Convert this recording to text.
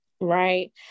Right